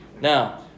Now